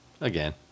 again